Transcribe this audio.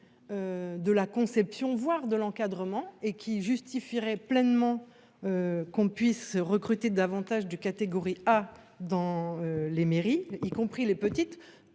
De la conception, voire de l'encadrement et qui justifierait pleinement. Qu'on puisse recruter davantage de catégorie A dans les mairies, y compris les petites.